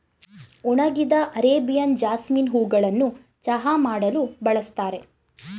ಒಣಗಿದ Arabian jasmine ಹೂಗಳನ್ನು ಚಹಾ ಮಾಡಲು ಬಳ್ಸತ್ತರೆ